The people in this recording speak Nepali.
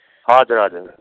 हजुर हजुर